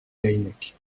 keinec